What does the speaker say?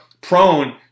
prone